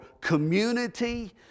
community